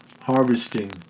harvesting